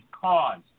cause